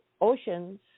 oceans